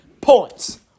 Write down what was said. points